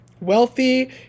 Wealthy